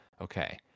Okay